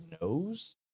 knows